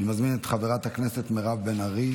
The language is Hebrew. אני מזמין את חברת הכנסת מירב בן ארי